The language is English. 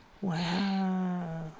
Wow